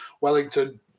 Wellington